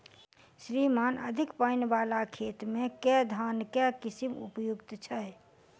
श्रीमान अधिक पानि वला खेत मे केँ धान केँ किसिम उपयुक्त छैय?